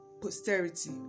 posterity